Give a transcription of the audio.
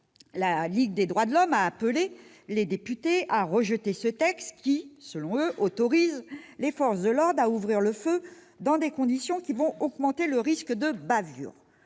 la Ligue des droits de l'homme a appelé les députés à rejeter ce texte « qui autorise les forces de l'ordre à ouvrir le feu dans des conditions qui vont augmenter le risque de bavures